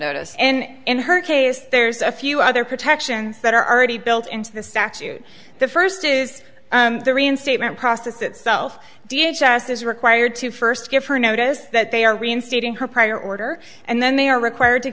notice and in her case there's a few other protections that are already built into the statute the first is the reinstatement process itself d h as is required to first give her notice that they are reinstating her prior order and then they are required to